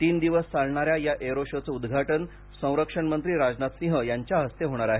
तीन दिवस चालणाऱ्या या एअरो शो चं उद्घाटन संरक्षण मंत्री राजनाथ सिंह यांच्या हस्त होणार आहे